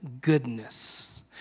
goodness